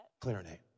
clarinet